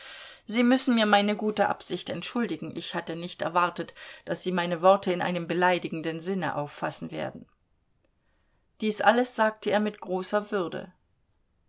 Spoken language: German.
sie müssen mir meine gute absicht entschuldigen ich hatte nicht erwartet daß sie meine worte in einem beleidigenden sinne auffassen werden dies alles sagte er mit großer würde